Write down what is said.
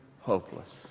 hopeless